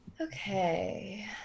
okay